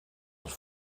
het